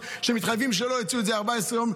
גם היו ימים שלמים רק בנושא של הרווחים הלא-מחולקים.